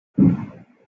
uno